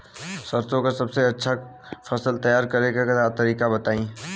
सरसों का सबसे अच्छा फसल तैयार करने का तरीका बताई